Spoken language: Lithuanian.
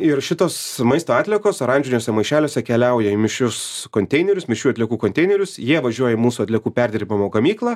ir šitos maisto atliekos oranžiniuose maišeliuose keliauja į mišrius konteinerius mišrių atliekų konteinerius jie važiuoja į mūsų atliekų perdirbimo gamyklą